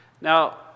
Now